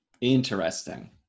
Interesting